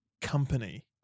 company